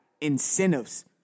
incentives